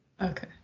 Okay